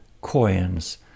coins